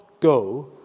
go